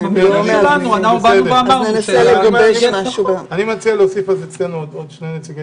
אני מציע להוסיף אצלנו עוד שני נציגי